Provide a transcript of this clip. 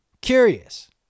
Curious